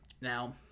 Now